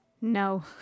No